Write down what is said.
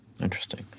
Interesting